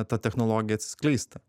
ta technologija atsiskleisti